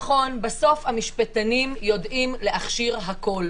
נכון, בסוף המשפטנים יודעים להכשיר הכול.